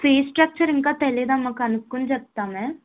fees structure ఇంకా తెలియదు అమ్మా కనుకోని చెప్తాం